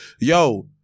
yo